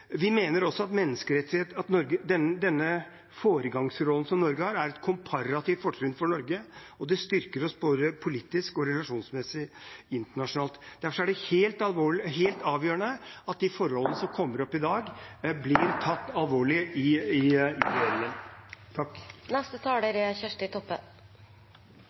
Vi mener også at den foregangsrollen som Norge har, er et komparativt fortrinn for Norge, som styrker oss både politisk og relasjonsmessig internasjonalt. Derfor er det helt avgjørende at de forholdene som kommer opp i dag, blir tatt alvorlig i regjeringen. Denne meldinga frå Sivilombodsmannen for 2018 er